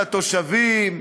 מדברים על התושבים,